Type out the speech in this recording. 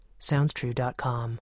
SoundsTrue.com